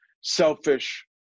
selfish